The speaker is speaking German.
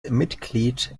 mitglied